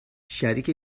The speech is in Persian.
شریک